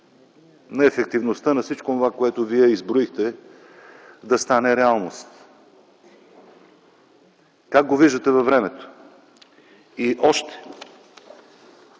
на ефективността на всичко, което изброихте, да стане реалност? Как го виждате във времето? И още: